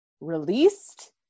released